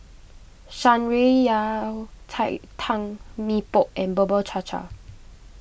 Shan Rui Yao Cai Tang Mee Pok and Bubur Cha Cha